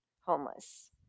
homeless